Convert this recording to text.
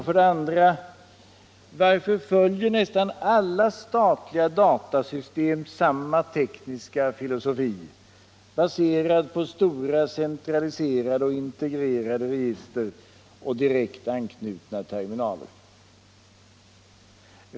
För det andra: Varför följer nästan alla statliga datasystem samma tekniska filosofi, baserad på stora centraliserade och integrerade register och direkt anknutna terminaler?